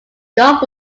gough